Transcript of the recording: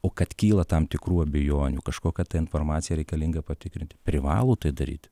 o kad kyla tam tikrų abejonių kažkokią tai informaciją reikalingą patikrinti privalo tai daryti